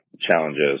challenges